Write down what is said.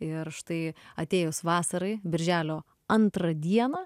ir štai atėjus vasarai birželio antrą dieną